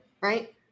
Right